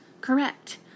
Correct